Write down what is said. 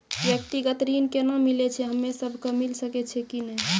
व्यक्तिगत ऋण केना मिलै छै, हम्मे सब कऽ मिल सकै छै कि नै?